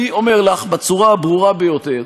אני אומר לך בצורה הברורה ביותר